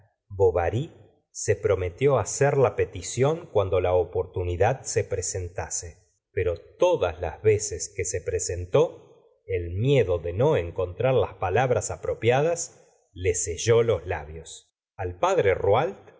bovary se prometió hacer la petición cuando la oportunidad se presentase pero todas las veces que se presentó el miedo de no encontrar las palabras apropiadas le selló los labios al padre